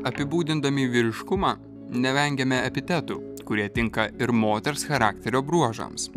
apibūdindami vyriškumą nevengiame epitetų kurie tinka ir moters charakterio bruožams